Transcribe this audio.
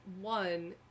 one